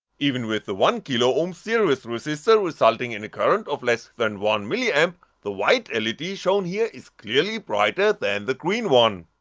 even with the one kiloohms series resistor, resulting in a current of less than one ma, and the white led ah shown here is clearly brighter than the green one.